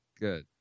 Good